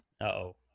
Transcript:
Uh-oh